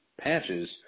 patches